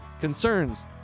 concerns